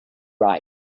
ride